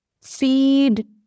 feed